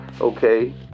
Okay